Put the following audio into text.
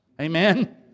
Amen